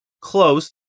close